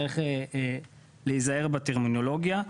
צריך להיזהר בטרמינולוגיה.